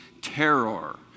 terror